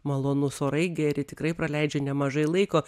malonūs orai geri tikrai praleidžia nemažai laiko